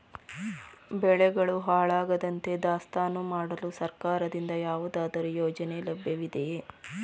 ಬೆಳೆಗಳು ಹಾಳಾಗದಂತೆ ದಾಸ್ತಾನು ಮಾಡಲು ಸರ್ಕಾರದಿಂದ ಯಾವುದಾದರು ಯೋಜನೆ ಲಭ್ಯವಿದೆಯೇ?